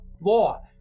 law